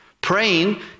Praying